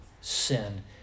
sin